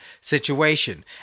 situation